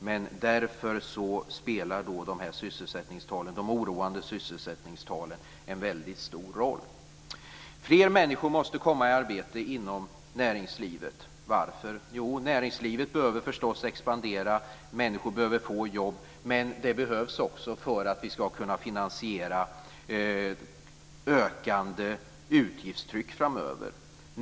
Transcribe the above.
Men därför spelar de här oroande sysselsättningstalen en väldigt stor roll. Fler människor måste komma i arbete inom näringslivet. Varför? Jo, näringslivet behöver förstås expandera, och människor behöver få jobb, men det behövs också för att vi ska kunna finansiera ökande utgifter framöver.